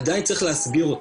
עדיין צריך להסביר אותו.